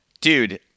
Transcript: Dude